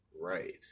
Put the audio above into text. Right